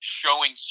showing